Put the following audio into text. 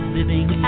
Living